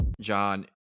john